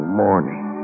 morning